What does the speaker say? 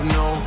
no